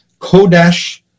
kodesh